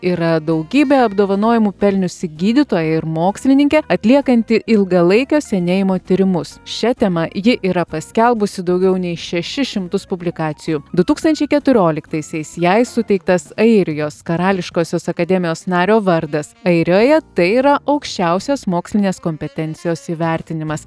yra daugybę apdovanojimų pelniusi gydytoja ir mokslininkė atliekanti ilgalaikio senėjimo tyrimus šia tema ji yra paskelbusi daugiau nei šešis šimtus publikacijų du tūkstančiai keturioliktaisiais jai suteiktas airijos karališkosios akademijos nario vardas airijoje tai yra aukščiausias mokslinės kompetencijos įvertinimas